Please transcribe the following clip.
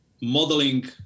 modeling